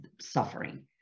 suffering